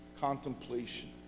contemplation